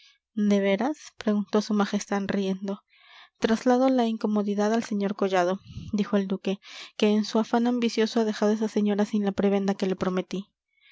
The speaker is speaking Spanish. de veras preguntó su majestad riendo traslado la incomodidad al sr collado dijo el duque que en su afán ambicioso ha dejado a esa señora sin la prebenda que le prometí